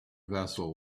vessel